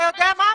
אתה יודע מה?